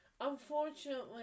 Unfortunately